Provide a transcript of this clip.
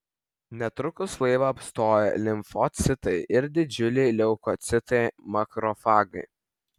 netrukus laivą apstoja limfocitai ir didžiuliai leukocitai makrofagai